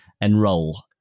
enroll